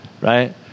Right